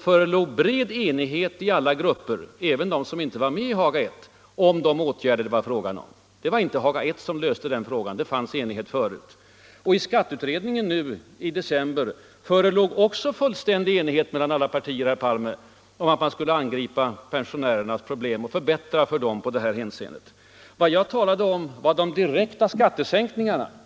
förelåg bred enighet i alla grupper — även bland dem som inte var med i Haga I —- om de reformer som det då var fråga om. Det var inte Haga I som löste problemen. Enighet rådde redan dessförinnan. Även i skatteutredningen i december förelåg fullständig enighet mellan alla partier, herr Palme, om att man skulle angripa pensionärernas problem och förbättra för dem i olika avseenden. Men vad jag talade om var de direkta påstådda skattesänkningarna.